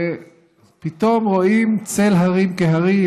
ופתאום רואים צל הרים כהרים,